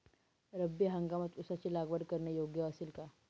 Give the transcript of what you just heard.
रब्बी हंगामात ऊसाची लागवड करणे योग्य असेल का?